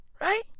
Right